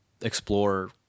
explore